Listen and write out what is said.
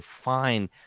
define